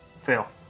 Fail